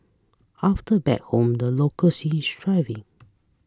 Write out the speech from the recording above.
after back home the local scene is thriving